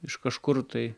iš kažkur tai